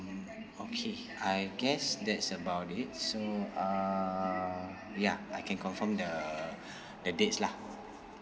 okay I guess that's about it so uh ya I can confirm the the dates lah